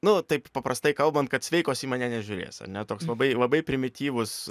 nu taip paprastai kalbant kad sveikos į mane nežiūrės ar ne toks labai labai primityvus